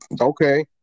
Okay